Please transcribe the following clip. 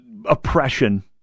oppression